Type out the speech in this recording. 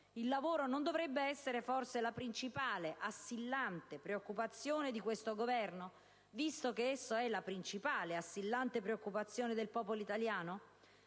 Il lavoro non dovrebbe essere la principale assillante preoccupazione di questo Governo, visto che esso è la principale assillante preoccupazione del popolo italiano?